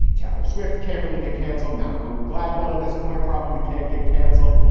taylor swift can't really get canceled. malcolm gladwell at this point probably can't get canceled.